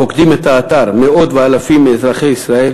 פוקדים את האתר מאות ואלפים מאזרחי ישראל